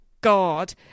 God